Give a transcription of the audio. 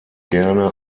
gerne